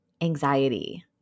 anxiety